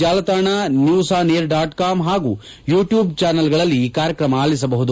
ಜಾಲತಾಣ news on air dot com ಪಾಗೂ YouTube ಜಾನೆಲ್ಗಳಲ್ಲಿ ಈ ಕಾರ್ಯಕ್ರಮ ಅಲಿಸಬಹುದಾಗಿದೆ